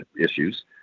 issues